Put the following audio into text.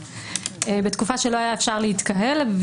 כשאי אפשר היה להתקהל.